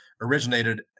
originated